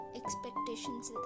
expectations